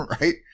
Right